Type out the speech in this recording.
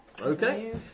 Okay